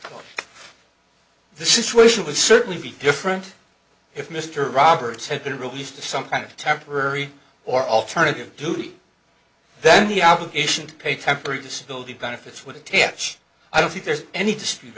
act the situation would certainly be different if mr roberts had been released to some kind of temporary or alternative duty then the obligation to pay temporary disability benefits would attach i don't think there's any dispute